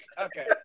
Okay